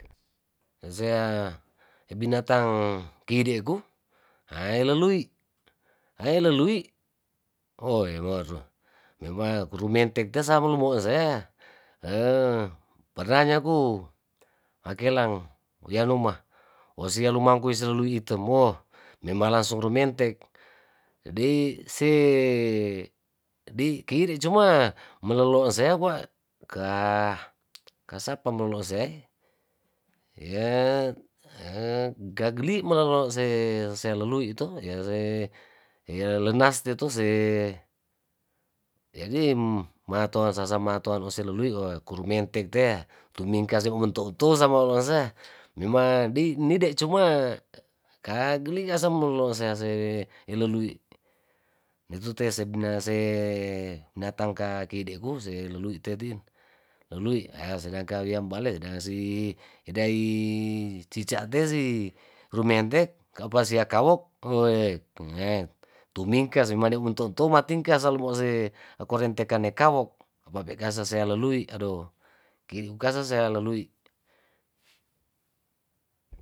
Sasea ebinatang kiede ku hai lelui hai lelui oe meru mema kuru mentek kita samaluk moesaya pernah nyaku makelang wianuma osia lumangkuy selulu item ohh memang langsung rumentek jadi see dei kide cuma melolo' sea kwa kah kasapa meolo' sea ehh yaa gageli melolo' sesealaluy to ya see yalenas de to see jadi matoan sasa matoan ose luwi ehh kurumentek teah tumingas emoento uto samaorangsea memang nide cuma kageli ka sam malolo sease lelui netu te see bena see binatang kakide ku se lelui tetin lelui sedangkan wiambale dai si idai cicak te si rumentek apa sia kawok woee tumingkas tumade unto unto matingkas salumo see akorentekan ne kawok apapekasasea lalui adoh kiri ukasasea lalui.